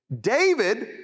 David